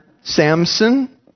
Samson